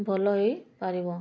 ଭଲ ହୋଇପାରିବ